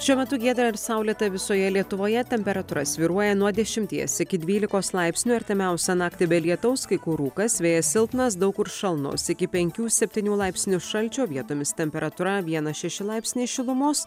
šiuo metu giedra ir saulėta visoje lietuvoje temperatūra svyruoja nuo dešimties iki dvylikos laipsnių artimiausią naktį be lietaus kai kur rūkas vėjas silpnas daug kur šalnos iki penkių septynių laipsnių šalčio vietomis temperatūra vienas šeši laipsniai šilumos